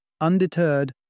Undeterred